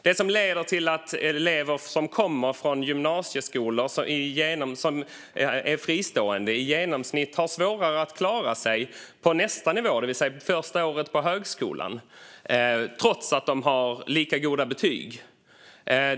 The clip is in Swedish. Det leder till att elever som kommer från fristående gymnasieskolor i genomsnitt har svårare att klara sig på nästa nivå, det vill säga första året på högskolan, trots att de har lika goda betyg.